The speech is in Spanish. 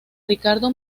ricardo